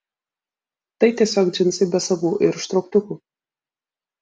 tai tiesiog džinsai be sagų ir užtrauktukų